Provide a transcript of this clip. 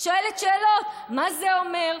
שואלת שאלות: מה זה אומר,